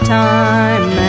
time